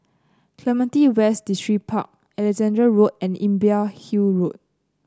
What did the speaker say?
Clementi West Distripark Alexandra Road and Imbiah Hill Road